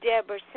Deborah